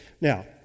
Now